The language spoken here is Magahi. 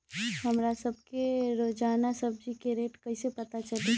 हमरा सब के रोजान सब्जी के रेट कईसे पता चली?